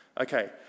Okay